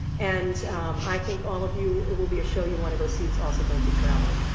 and i think all of you, it will be a show you wanna go see, it's also going to travel.